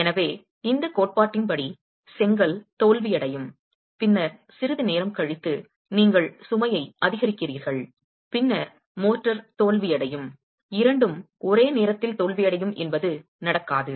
எனவே இந்த கோட்பாட்டின் படி செங்கல் தோல்வியடையும் பின்னர் சிறிது நேரம் கழித்து நீங்கள் சுமையை அதிகரிக்கிறீர்கள் பின்னர் மோர்டார் தோல்வியடையும் இரண்டும் ஒரே நேரத்தில் தோல்வியடையும் என்பது நடக்காது